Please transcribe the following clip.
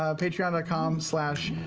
ah patreon ah com so